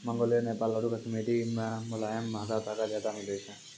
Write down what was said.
Mongolia, Nepal आरु कश्मीरो मे मोलायम महंगा तागा ज्यादा मिलै छै